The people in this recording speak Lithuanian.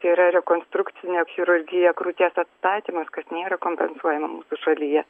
yra rekonstrukcinė chirurgija krūties atstatymas kas nėra kompensuojama mūsų šalyje